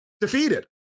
defeated